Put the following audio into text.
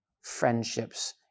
friendships